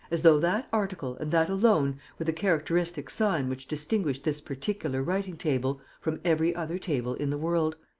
as though that article and that alone were the characteristic sign which distinguished this particular writing-table from every other table in the world.